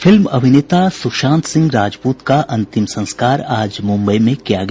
film अभिनेता सुशांत सिंह राजपूत का अंतिम संस्कार आज मुंबई में किया गया